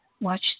Watch